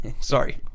Sorry